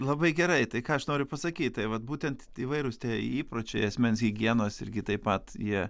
labai gerai tai ką aš noriu pasakyti vat būtent įvairūs tie įpročiai asmens higienos irgi taip pat jie